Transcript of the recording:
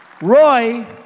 Roy